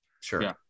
Sure